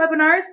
webinars